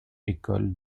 école